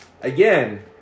again